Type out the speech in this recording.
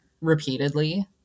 repeatedly